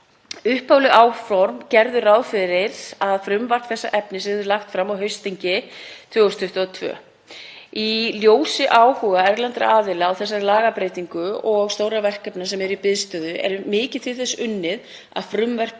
Upphafleg áform gerðu ráð fyrir að frumvarp þessa efnis yrði lagt fram á haustþingi 2022. Í ljósi áhuga erlendra aðila á þessari lagabreytingu og stórra verkefna sem eru í biðstöðu er mikið til þess unnið að frumvarpið